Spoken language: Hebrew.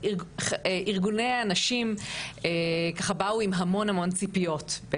ארגוני הנשים ככה באו עם המון המון ציפיות.